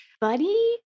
Buddy